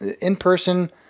in-person